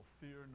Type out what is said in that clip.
fear